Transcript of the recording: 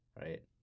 right